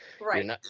right